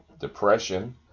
depression